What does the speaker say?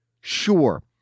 Sure